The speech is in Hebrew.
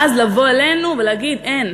ואז לבוא אלינו ולהגיד: אין,